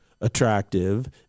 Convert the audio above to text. attractive